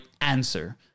answer